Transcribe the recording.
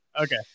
Okay